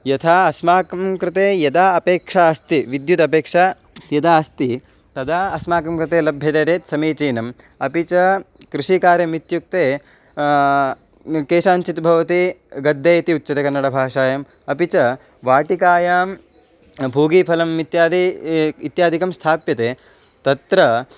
यथा अस्माकं कृते यदा अपेक्षा अस्ति विद्युत् अपेक्षा यदा अस्ति तदा अस्माकं कृते लभ्यते चेत् समीचीनम् अपि च कृषिकार्यम् इत्युक्ते केषाञ्चित् भवति गद्दे इति उच्यते कन्नडभाषायाम् अपि च वाटिकायां फूगफलम् इत्यादि इत्यादिकं स्थाप्यते तत्र